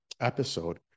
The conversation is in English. episode